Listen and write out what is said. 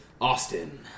Austin